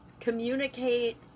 communicate